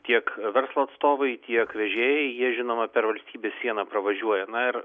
tiek verslo atstovai tiek vežėjai jie žinoma per valstybės sieną pravažiuoja na ir